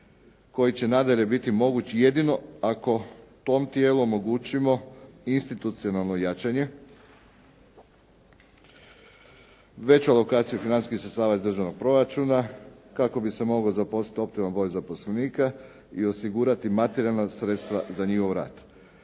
koji će nadalje biti moguć jedino ako tom tijelu omogućimo institucionalno jačanje, veća lokacija financijskih sredstava iz državnog proračuna kako bi se moglo zaposliti optimalni broj zaposlenika i osigurati materijalna sredstva za njihov rad.